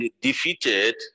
defeated